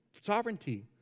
sovereignty